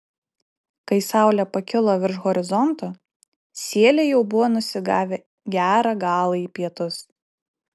kai saulė pakilo virš horizonto sieliai jau buvo nusigavę gerą galą į pietus